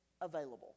available